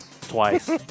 twice